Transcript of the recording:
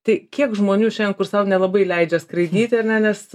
tai kiek žmonių šiandien kur sau nelabai leidžia skraidyti ar ne nes